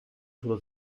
sullo